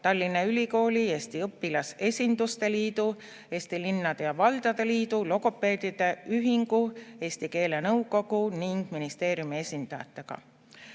Tallinna Ülikooli, Eesti Õpilasesinduste Liidu, Eesti Linnade ja Valdade Liidu, Eesti Logopeedide Ühingu, Eesti keelenõukogu ning ministeeriumi esindajatega.